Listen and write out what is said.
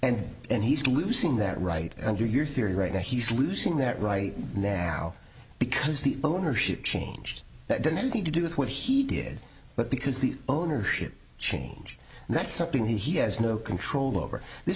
and and he's losing that right under your theory right now he's losing that right now because the ownership changed that didn't anything to do with what he did but because the ownership change and that's something he has no control over th